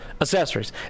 accessories